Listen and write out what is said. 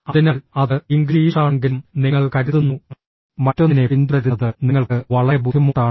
അതിനാൽ അത് ഇംഗ്ലീഷാണെങ്കിലും നിങ്ങൾ കരുതുന്നു മറ്റൊന്നിനെ പിന്തുടരുന്നത് നിങ്ങൾക്ക് വളരെ ബുദ്ധിമുട്ടാണ്